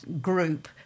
group